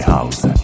House